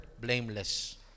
blameless